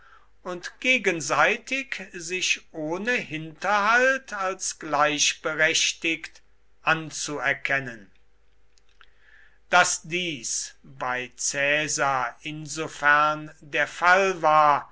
und gegenseitig sich ohne hinterhalt als gleichberechtigt anzuerkennen daß dies bei caesar insofern der fall war